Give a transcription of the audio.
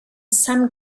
some